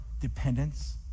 dependence